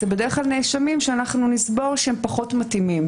אלה בדרך כלל נאשמים שאנחנו נסבור שהם פחות מתאימים,